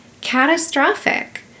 catastrophic